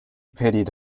pitied